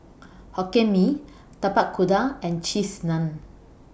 Hokkien Mee Tapak Kuda and Cheese Naan